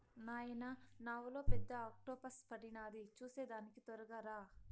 నాయనా నావలో పెద్ద ఆక్టోపస్ పడినాది చూసేదానికి తొరగా రా